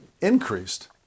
increased